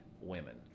women